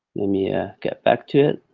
let me ah get back to it.